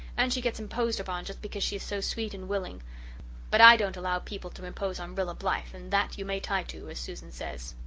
and she gets imposed upon, just because she is so sweet and willing but i don't allow people to impose on rilla blythe and that you may tie to as susan says.